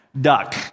duck